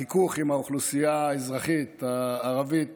החיכוך עם האוכלוסייה האזרחית הערבית